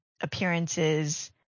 appearances